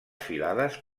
filades